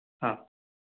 हां